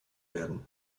werden